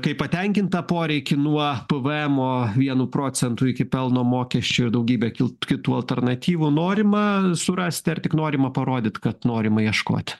kaip patenkintą poreikį nuo pvm vienu procentu iki pelno mokesčio ir daugybė kitų alternatyvų norima surasti ar tik norima parodyti kad norima ieškot